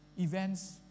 events